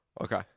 Okay